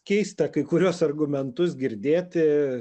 keista kai kuriuos argumentus girdėti